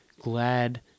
glad